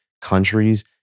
countries